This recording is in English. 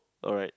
alright